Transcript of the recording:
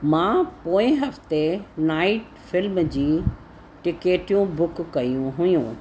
मां पोइ night film जी टिकेटियूं बुक कयूं हुयूं